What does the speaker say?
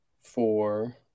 four